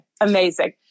Amazing